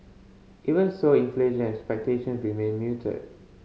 even so inflation expectation remain muted